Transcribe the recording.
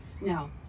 Now